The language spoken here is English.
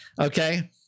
Okay